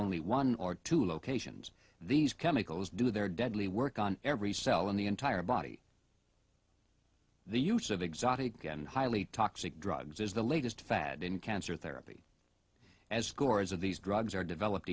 only one or two locations these chemicals do their deadly work on every cell in the entire body the use of exotic and highly toxic drugs is the latest fad in cancer therapy as scores of these drugs are developed